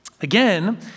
Again